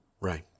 Right